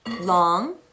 long